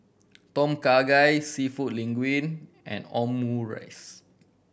Tom Kha Gai Seafood Linguine and Omurice